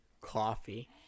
coffee